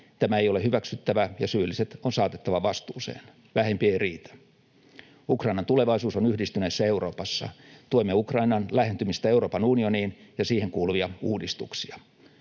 tämä ei ole hyväksyttävää, ja syylliset on saatettava vastuuseen. Vähempi ei riitä. Ukrainan tulevaisuus on yhdistyneessä Euroopassa. Tuemme Ukrainaa lähentymisessä Euroopan unioniin ja siihen kuuluvia uudistuksia.